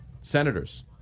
senators